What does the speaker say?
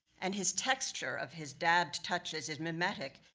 and his texture of his dabbed touches is mimetic.